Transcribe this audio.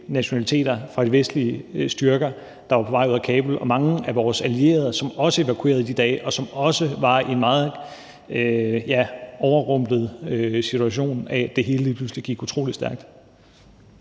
nationaliteter fra de vestlige styrker, der var på vej ud af Kabul. Og der var mange af vores allierede, som også evakuerede i de dage, og som også var i en meget overrumplende situation, fordi det hele lige pludselig gik utrolig stærkt.